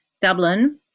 Dublin